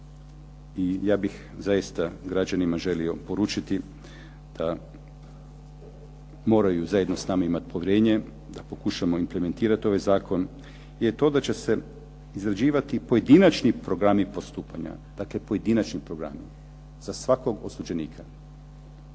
i ja bih zaista građanima želio poručiti da moraju zajedno s nama imati povjerenje, da pokušamo implementirati ovaj zakon, je to da će se izrađivati pojedinačni programi postupanja. Dakle pojedinačni programi, za svakog osuđenika.